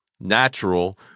natural